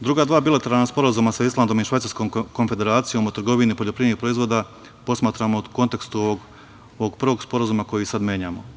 Druga dva bilateralna sporazuma sa Islandom i Švajcarskom konfederacijom o trgovini poljoprivrednih proizvoda posmatramo u kontekstu ovog prvog sporazuma koji sad menjamo.